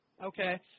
Okay